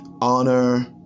honor